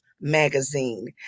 magazine